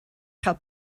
chael